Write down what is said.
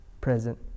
present